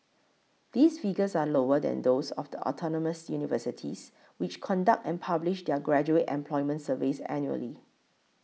these figures are lower than those of the autonomous universities which conduct and publish their graduate employment surveys annually